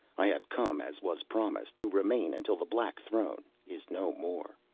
i have come as was promised to remain until the black throne is no more.